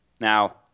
Now